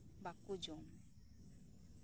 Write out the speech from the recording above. ᱵᱟᱠᱚ ᱡᱚᱢ